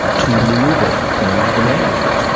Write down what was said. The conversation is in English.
to remove it from the manual.